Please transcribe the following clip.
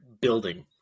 building